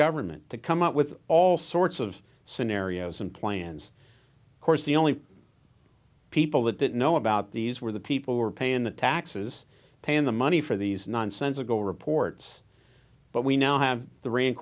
government to come up with all sorts of scenarios and plans course the only people that didn't know about these were the people who are paying the taxes paying the money for these nonsensical reports but we now have the rand